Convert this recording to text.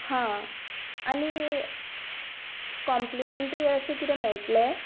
हा आनी कॉम्प्लिमँट्री अशें किरें मेळटलें